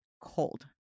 cold